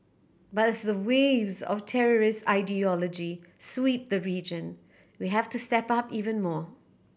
but as the waves of terrorist ideology sweep the region we have to step up even more